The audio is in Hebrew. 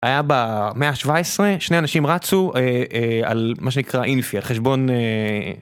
היה במאה השבע עשרה, שני אנשים רצו, אה... אה... על מה שנקרא אינפי, על חשבון אה...